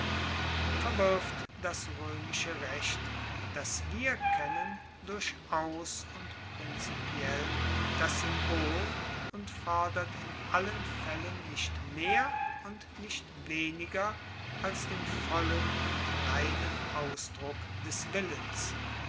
verwirft das roemische recht das wir kennen durchaus und prinzipiell das symbol und fordert in allen faellen nicht mehr und nicht weniger als den vollen und reinen ausdruck des willens